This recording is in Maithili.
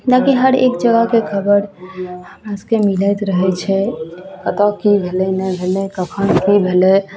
ताकि हर एक जगहके खबर हमरा सबके मिलैत रहय छै कतऽ की भेलय नहि भेलय कखन की भेलय